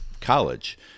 college